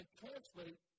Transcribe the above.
translate